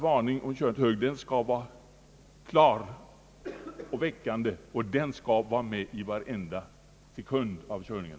Varningen skall vara klar och väckande, och den skall vara med i varje sekund av körningen.